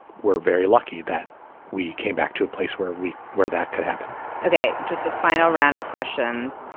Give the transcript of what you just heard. we're very lucky that we came back to a place where we where that could happen okay. just a final round of questions.